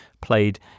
played